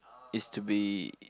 is to be